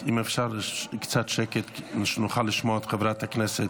אם אפשר קצת שקט שנוכל לשמוע את חברת הכנסת.